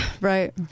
right